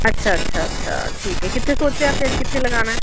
ਅੱਛਾ ਅੱਛਾ ਅੱਛਾ ਠੀਕ ਹੈ ਕਿੱਥੇ ਸੋਚਿਆ ਫਿਰ ਕਿੱਥੇ ਲਗਾਉਣਾ